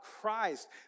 Christ